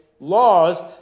laws